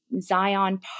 zion